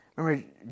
Remember